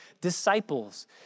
disciples